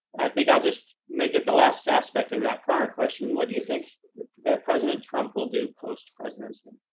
i think i'll just make it the last aspect of that prior question. what do you think that president trump will do post presidency?